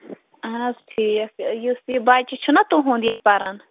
اَہَن حظ ٹھیٖک یُس یہِ بَچہٕ چھُنَہ تُہُنٛد ییٚتہِ پَران